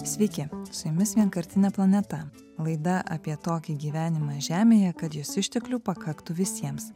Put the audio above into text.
sveiki su jumis vienkartinė planeta laida apie tokį gyvenimą žemėje kad jos išteklių pakaktų visiems